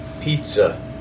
Pizza